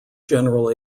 general